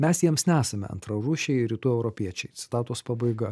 mes jiems nesame antrarūšiai rytų europiečiai citatos pabaiga